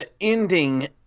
ending